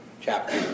chapter